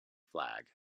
flag